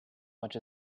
much